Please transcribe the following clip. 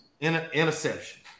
interception